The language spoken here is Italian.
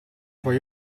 puoi